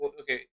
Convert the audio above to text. okay